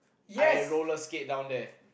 I roller skate down there